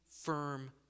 firm